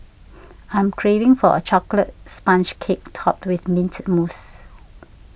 I am craving for a Chocolate Sponge Cake Topped with Mint Mousse